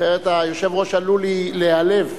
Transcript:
אחרת היושב-ראש עלול להיעלב.